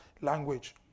language